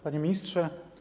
Panie Ministrze!